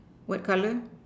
what color